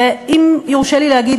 ואם יורשה לי להגיד,